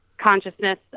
consciousness